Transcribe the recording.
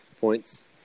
points